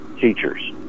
teachers